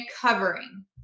covering